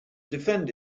defend